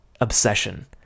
obsession